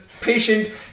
patient